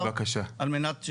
על מנת,